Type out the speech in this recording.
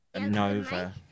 Nova